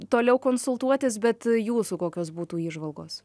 toliau konsultuotis bet jūsų kokios būtų įžvalgos